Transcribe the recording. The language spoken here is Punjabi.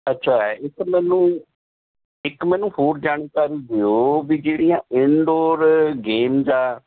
ਅੱਛਾ ਇੱਕ ਮੈਨੂੰ ਇੱਕ ਮੈਨੂੰ ਹੋਰ ਜਾਣਕਾਰੀ ਦਿਓ ਵੀ ਜਿਹੜੀਆਂ ਇਨਡੋਰ ਗੇਮਜ਼ ਆ